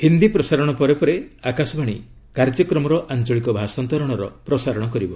ହିନ୍ଦୀ ପ୍ରସାରଣ ପରେ ପରେ ଆକାଶବାଣୀ କାର୍ଯ୍ୟକ୍ରମର ଆଞ୍ଚଳିକ ଭାଷାନ୍ତରଣର ପ୍ରସାରଣ କରିବ